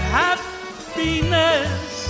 happiness